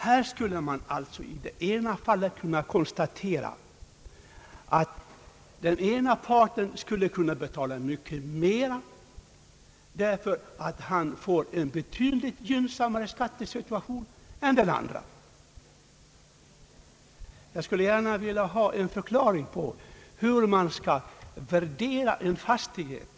Då skulle man ju kunna konstatera att den ena spekulanten kunde betala mycket mera därför att han får en betydligt gynnsammare skattesituation än den andra spekulanten. Jag skulle som sagt gärna vilja ha en förklaring om hur man bör värdera en skogsfastighet.